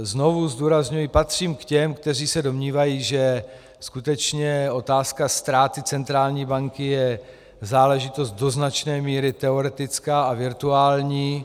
Znovu zdůrazňuji, že patřím k těm, kteří se domnívají, že otázka ztráty centrální banky je záležitost do značné míry teoretická a virtuální.